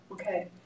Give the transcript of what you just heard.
okay